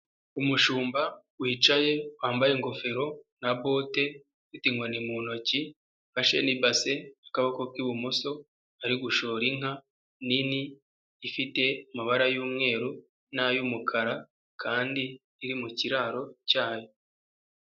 Umushumba wicaye wambaye ingofero na bote, ufite inkoni mu ntoki, ufashe n'ibase mu kaboko k'ibumoso, ari gushora inka nini ifite amabara y'umweru nay'umukara kandi iri mu kiraro cyayo.